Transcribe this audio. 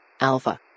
Alpha